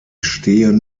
stehen